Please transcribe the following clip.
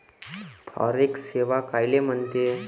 Forex सेवा कायले म्हनते?